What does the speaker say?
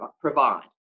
provide